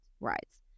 rights